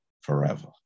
forever